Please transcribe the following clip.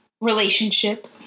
relationship